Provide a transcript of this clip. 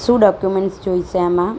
શું ડોક્યુમેન્ટ્સ જોઇશે આમાં